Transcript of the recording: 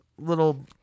little